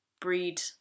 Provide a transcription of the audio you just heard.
Breed